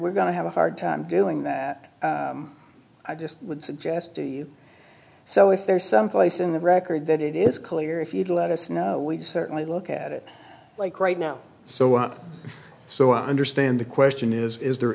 we're going to have a hard time doing that i just would suggest to you so if there's some place in the record that it is clear if you'd let us know we'd certainly look at it like right now so what so i understand the question is is there